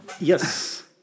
Yes